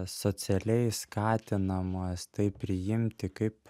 socialiai skatinamas tai priimti kaip